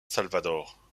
salvador